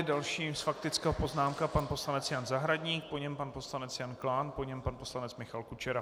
Další faktická poznámka pan poslanec Jan Zahradník, po něm pan poslanec Jan Klán, po něm pan poslanec Michal Kučera.